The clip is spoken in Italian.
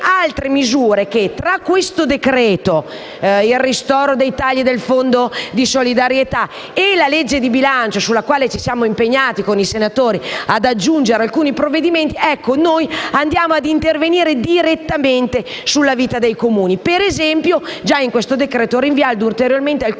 altre misure, come il ristoro dei tagli del Fondo di solidarietà e la legge di bilancio (sulla quale ci siamo impegnati, con i senatori, ad aggiungere alcuni provvedimenti), andiamo a intervenire direttamente sulla vita dei Comuni. Per esempio, già in questo decreto-legge rinviamo ulteriormente